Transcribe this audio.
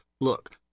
Look